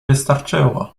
wystarczyło